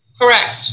Correct